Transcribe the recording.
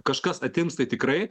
kažkas atims tai tikrai